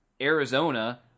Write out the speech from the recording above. Arizona